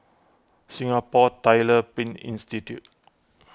Singapore Tyler Print Institute